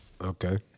Okay